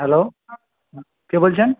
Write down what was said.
hello কে বলছেন